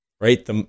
right